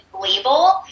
label